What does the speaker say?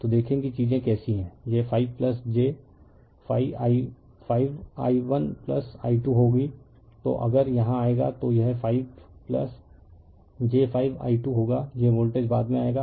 तो देखें कि चीजें कैसी हैं यह 5 j 5i1i2 होगी तो अगर यहां आएगा तो यह 5 j 5i2 होगा यह वोल्टेज बाद में आएगा